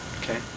okay